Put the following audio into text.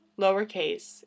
lowercase